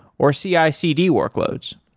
or cicd workloads